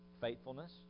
Faithfulness